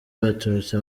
baturutse